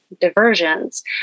diversions